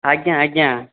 ଆଜ୍ଞା ଆଜ୍ଞା